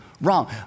Wrong